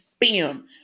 bam